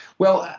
well,